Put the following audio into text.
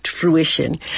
fruition